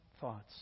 thoughts